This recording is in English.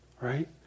Right